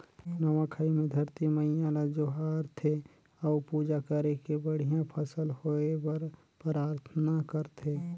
नवा खाई मे धरती मईयां ल जोहार थे अउ पूजा करके बड़िहा फसल होए बर पराथना करथे